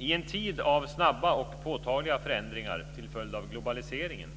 I en tid av snabba och påtagliga förändringar till följd av globaliseringen